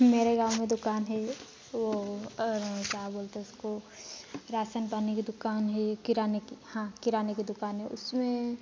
मेरे गाँव में दुकान है वो क्या बोलते हैं इसको राशन पानी की दुकान है किराने की हाँ किराने की दुकान है उसमें